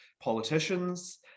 politicians